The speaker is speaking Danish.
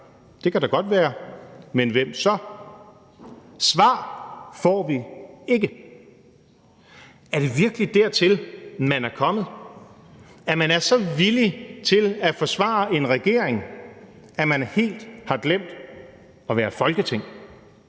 det kan da godt være. Men hvem så? Svar får vi ikke. Er det virkelig dertil, man er kommet, at man er villig til at forsvare en regering, at man helt har glemt at være Folketing,